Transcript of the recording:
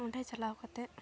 ᱚᱸᱰᱮ ᱪᱟᱞᱟᱣ ᱠᱟᱛᱮᱫ